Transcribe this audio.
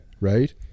right